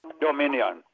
dominion